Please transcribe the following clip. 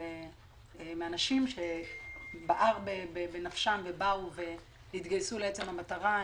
אנשים שבער בנפשם ובאו והתגייסו לעצם המטרה,